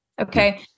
Okay